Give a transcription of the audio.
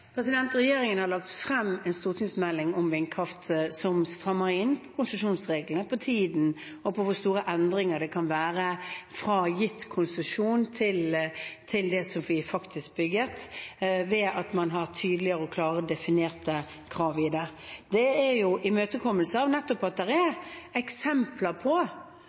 Regjeringen har lagt frem en stortingsmelding om vindkraft som strammer inn konsesjonsreglene på tiden og på hvor store endringer det kan være fra gitt konsesjon til det som faktisk blir bygget, ved at man har tydeligere og klart definerte krav. Det er å imøtekomme nettopp eksempler på at det i konsesjoner som tidligere er